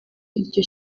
iryo